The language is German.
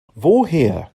woher